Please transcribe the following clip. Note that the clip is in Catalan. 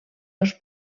dos